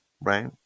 right